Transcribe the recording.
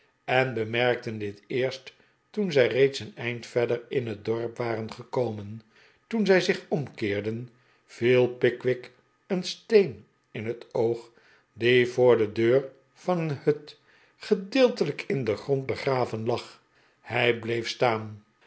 en bemerkten dit eerst toen zij reeds een eind verder in het dorp waren gekomen toen zij zich omkeerden viel pickwick een steen in het oog die voor de deur van een hut gedeeltelijk in den grond begraven lag hij bleef staan